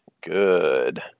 Good